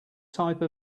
type